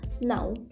Now